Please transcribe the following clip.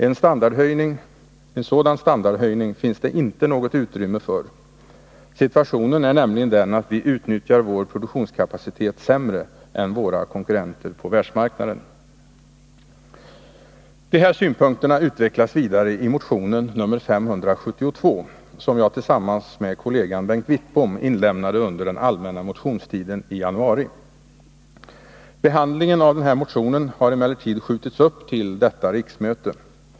En sådan standardhöjning finns det inte något utrymme för. Situationen är nämligen den att vi utnyttjar vår produktionskapacitet sämre än våra konkurrenter på världsmarknaden. De här synpunkterna utvecklas vidare i motionen 572 som jag tillsammans med kollegan Bengt Wittbom inlämnade under den allmänna motionstiden i januari. Behandlingen av motionen har emellertid skjutits upp till detta riksmöte.